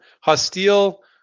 Hostile